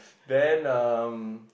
then um